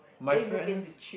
my friends